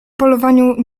polowaniu